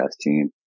team